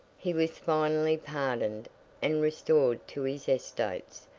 he was finally pardoned and restored to his estates,